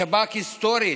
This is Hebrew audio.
השב"כ, היסטורית,